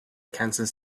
kansas